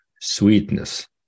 sweetness